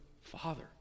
father